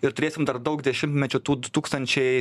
ir turėsim dar daug dešimtmečių tų du tūkstančiai